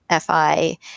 FI